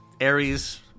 aries